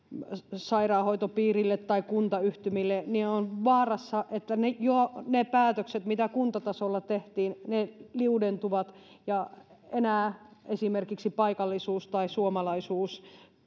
sairaanhoitopiirille tai kuntayhtymille niin on vaara että ne päätökset mitä jo kuntatasolla tehtiin liudentuvat ja enää esimerkiksi paikallisuus tai suomalaisuus